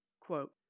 quote